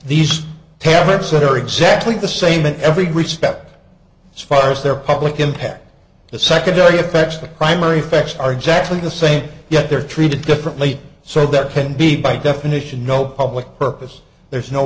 these temps that are exactly the same in every respect as far as their public impact the secondary effects the primary facts are exactly the same yet they're treated differently so that can be by definition no public purpose there is no